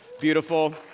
beautiful